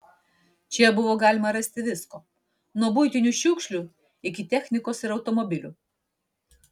čia buvo galima rasti visko nuo buitinių šiukšlių iki technikos ir automobilių